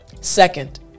Second